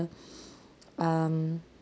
um